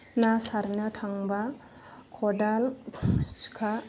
ना सारनो थांबा खदाल सिखा